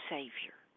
Savior